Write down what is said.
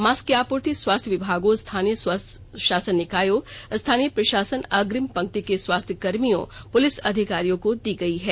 mask की आपूर्ति स्वास्थ्य विभागों स्थानीय स्व शासन निकायों स्थानीय प्रशासन अग्रिम पंक्ति के स्वास्थ्य कर्मियों पुलिस अधिकारियों को की गई है